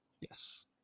yes